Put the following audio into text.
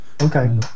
Okay